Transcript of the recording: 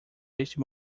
este